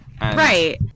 Right